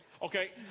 Okay